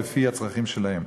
לפי הצרכים שלהם.